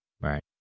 right